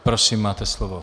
Prosím, máte slovo.